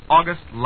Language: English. August